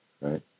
right